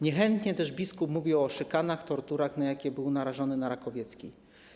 Niechętnie też biskup mówił o szykanach i torturach, na jakie był narażony na Rakowieckiej.